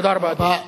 תודה רבה, אדוני.